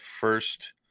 first